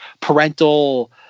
parental